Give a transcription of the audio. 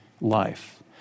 life